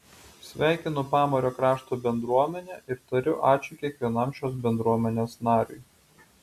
sveikinu pamario krašto bendruomenę ir tariu ačiū kiekvienam šios bendruomenės nariui